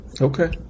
Okay